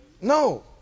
No